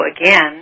again